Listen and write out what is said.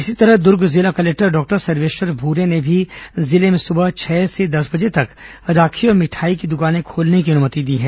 इसी तरह दुर्ग जिला कलेक्टर डॉक्टर सर्वेश्वर भूरे ने भी जिले में सुबह छह से दस बजे तक राखी और मिठाई की दुकानें खोलने की अनुमति दी है